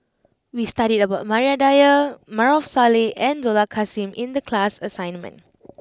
we studied about Maria Dyer Maarof Salleh and Dollah Kassim in the class assignment